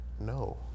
no